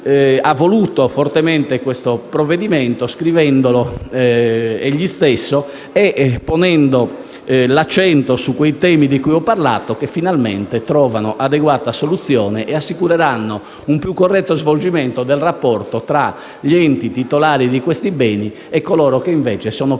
ha voluto fortemente scrivendolo egli stesso e ponendo l'accento su quei temi di cui ho parlato che, finalmente, troveranno adeguata soluzione e assicureranno un più corretto svolgimento tra gli enti titolari di questi beni e coloro che, invece, saranno